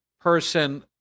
person